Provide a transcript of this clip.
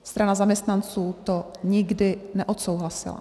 Strana zaměstnanců to nikdy neodsouhlasila.